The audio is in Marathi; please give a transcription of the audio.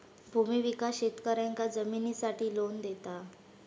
भूमि विकास शेतकऱ्यांका जमिनीसाठी लोन देता